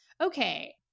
Okay